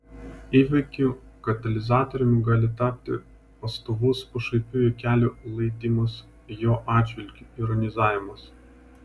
įvykių katalizatoriumi gali tapti pastovus pašaipių juokelių laidymas jo atžvilgiu ironizavimas